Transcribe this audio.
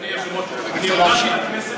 אדוני היושב-ראש, אני הודעתי לכנסת